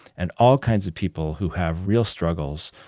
and all kinds of people who have real struggles,